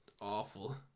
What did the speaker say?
awful